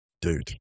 dude